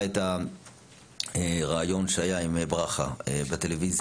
את הריאיון שהיה עם ברכה בטלוויזיה,